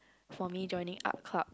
for me joining Art Club